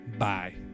Bye